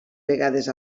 vegades